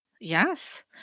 Yes